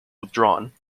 withdrawn